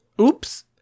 Oops